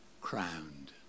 crowned